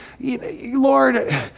Lord